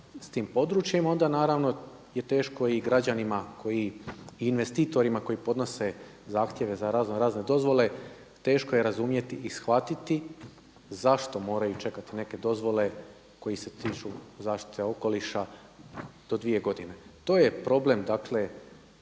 s tim područjem onda naravno je teško i građanima koji i investitorima koji podnose zahtjeve za raznorazne dozvole. Teško je razumjeti i shvatiti zašto moraju čekati neke dozvole koje se tiču zaštite okoliša do dvije godine. To je problem Vlade